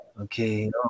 Okay